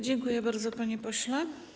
Dziękuję bardzo, panie pośle.